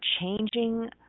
changing